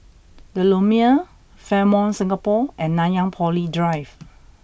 the Lumiere Fairmont Singapore and Nanyang Poly Drive